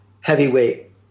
heavyweight